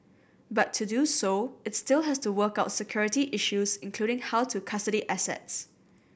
but to do so it still has to work out security issues including how to custody assets